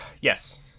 yes